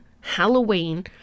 Halloween